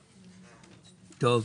בסדר.